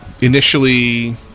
initially